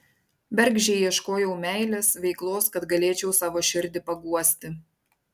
bergždžiai ieškojau meilės veiklos kad galėčiau savo širdį paguosti